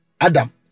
Adam